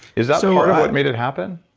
is that so what made it happen?